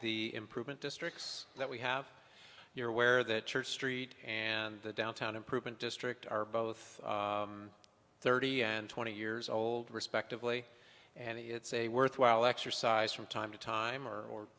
the improvement districts that we have year where that church street and the downtown improvement district are both thirty and twenty years old respectively and it's a worthwhile exercise from time to time or